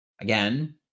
Again